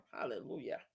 hallelujah